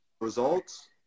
Results